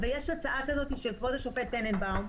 ויש הצעה כזאת של כבוד השופט טננבאום,